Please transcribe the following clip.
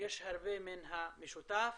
יש הרבה מן המשותף.